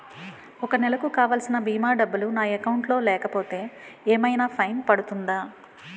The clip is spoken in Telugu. ఒక నెలకు కావాల్సిన భీమా డబ్బులు నా అకౌంట్ లో లేకపోతే ఏమైనా ఫైన్ పడుతుందా?